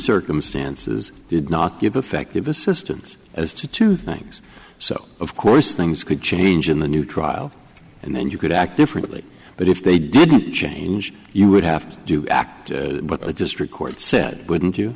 circumstances did not give effect of assistance as to two things so of course things could change in the new trial and then you could act differently but if they didn't change you would have to do act but the district court said wouldn't